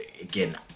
again